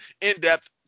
in-depth